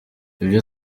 ibyo